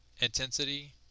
intensity